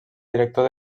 director